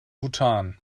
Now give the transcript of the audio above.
bhutan